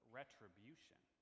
retribution